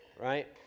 right